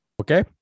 Okay